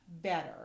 better